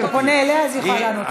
אתה פונה אליה, אז היא יכולה לענות לך.